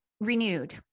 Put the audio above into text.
renewed